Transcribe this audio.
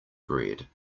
bread